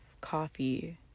coffee